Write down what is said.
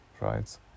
right